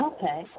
Okay